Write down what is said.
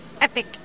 epic